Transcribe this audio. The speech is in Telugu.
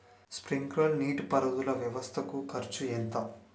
స్ప్రింక్లర్ నీటిపారుదల వ్వవస్థ కు ఖర్చు ఎంత?